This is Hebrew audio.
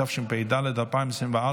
התשפ"ד 2024,